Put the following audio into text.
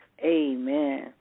Amen